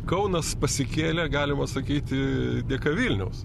kaunas pasikėlė galima sakyti dėka vilniaus